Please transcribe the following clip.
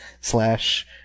slash